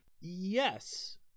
Yes